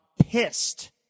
Pissed